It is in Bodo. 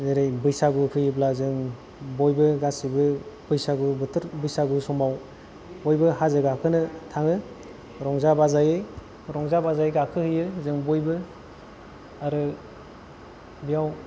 जेरै बैसागु फैयोब्ला जों बयबो गासिबो बैसागु बोथोर बैसागु समाव बयबो हाजो गाखोनो थाङो रंजा बाजायै रंजा बाजायै गाखोहैयो जों बयबो आरो बेयाव